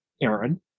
Aaron